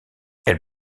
elle